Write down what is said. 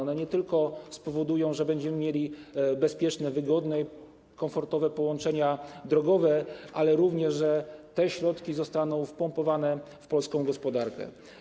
One nie tylko spowodują, że będziemy mieli bezpieczne, wygodne, komfortowe połączenia drogowe, ale również sprawią, że te środki zostaną wpompowane w polską gospodarkę.